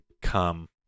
come